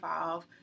involve